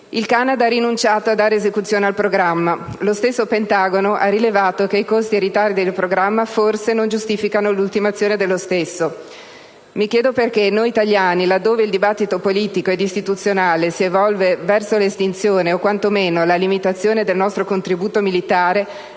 Il Canada ha rinunciato a dare esecuzione al Programma. Lo stesso Pentagono ha rilevato che i costi e i ritardi del Programma forse non giustificano l'ultimazione dello stesso. Mi chiedo perché noi italiani, laddove il dibattito pubblico ed istituzionale si evolve verso l'estinzione o, quanto meno, la limitazione del nostro contributo militare,